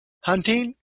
hunting